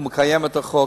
הוא מקיים את החוק.